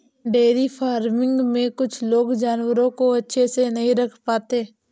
dairy farming में कुछ लोग जानवरों को अच्छे से नहीं रख पाते